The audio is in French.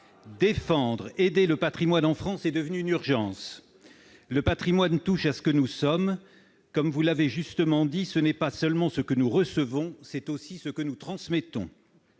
Défendre, aider le patrimoine en France est devenu une urgence. Le patrimoine touche à ce que nous sommes. Comme M. Riester l'a justement dit, « ce n'est pas seulement ce que nous recevons ; c'est aussi ce que nous transmettons